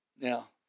Now